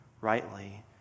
rightly